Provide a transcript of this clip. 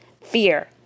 fear